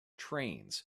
trains